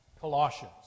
Colossians